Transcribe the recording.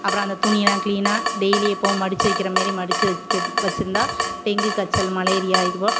அப்புறம் அந்த துணியலாம் க்ளீனாக டெய்லி எப்போவும் மடிச்சி வைக்கிற மாரி மடிச்சி வைக்கிற வச்சிருந்தால் டெங்கு காய்ச்சல் மலேரியா இதுபோ